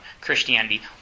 Christianity